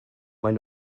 maen